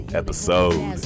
episode